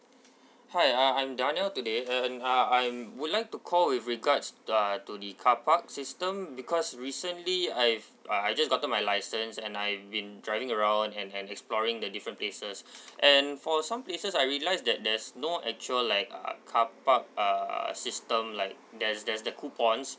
hi uh I'm danial today uh um uh I'm would like to call with regards uh to the carpark system because recently I f~ uh I just gotten my license and I've been driving around and and exploring the different places and for some places I realize that there's no actual like uh carpark uh system like there's there's the coupons